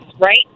Right